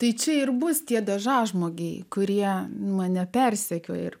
tai čia ir bus tie dažažmogiai kurie mane persekioja ir